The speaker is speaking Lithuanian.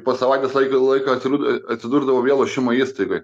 po savaitės laiko laiko atsidur atsidurdavau vėl lošimo įstaigoj